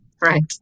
Right